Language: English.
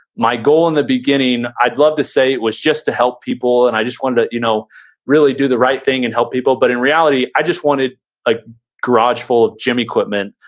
my goal in the beginning, i'd love to say it was just to help people and i just wanted to ah you know really do the right thing and help people, but in reality, i just wanted a garage full of gym equipment.